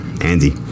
andy